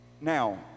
Now